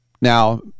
Now